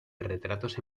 retratos